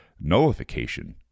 nullification